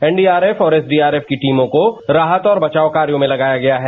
NDRF और SDRF की टीमों को राहत और बचाव कार्यो में लगाया गया है